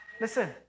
Listen